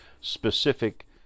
specific